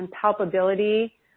palpability